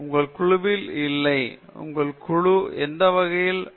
உங்கள் குழுவில் இல்லை உங்கள் குழு எந்த வகையிலும் நீங்கள் அறிவீர்கள்